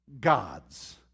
gods